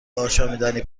آشامیدنی